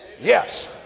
Yes